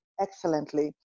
excellently